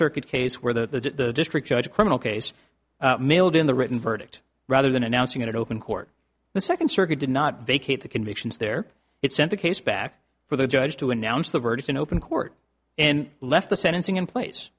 circuit case where the district judge a criminal case mailed in the written verdict rather than announcing it open court the second circuit did not vacate the convictions there it sent the case back for the judge to announce the verdict in open court and left the sentencing in place